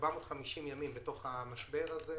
ימים בתוך המשבר.